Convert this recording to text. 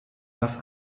was